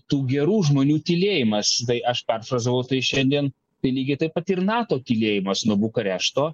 tų gerų žmonių tylėjimas tai aš perfrazavau tai šiandien tai lygiai taip pat ir nato tylėjimas nuo bukarešto